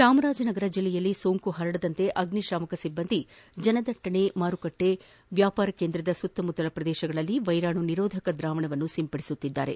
ಚಾಮರಾಜನಗರ ಜಿಲ್ಲೆಯಲ್ಲಿ ಸೋಂಕು ಹರಡದಂತೆ ಅಗ್ನಿಶಾಮಕ ಸಿಬ್ಬಂದಿ ಜನದಟ್ಟಣೆ ಮಾರುಕಟ್ಟೆ ವ್ಯಾಪಾರ ಕೇಂದ್ರದ ಸುತ್ತಮುತ್ತಲ ಪ್ರದೇಶಗಳಲ್ಲಿ ವೈರಾಣು ನಿರೋಧಕ ದ್ರಾವಣವನ್ನು ಸಿಂಪಡಣೆ ಮಾಡಲಾಗುತ್ತಿದೆ